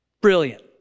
Brilliant